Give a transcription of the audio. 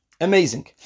Amazing